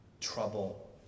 Trouble